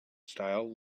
style